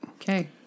Okay